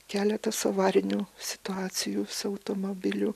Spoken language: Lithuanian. keletas avarinių situacijų su automobiliu